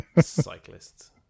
cyclists